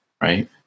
right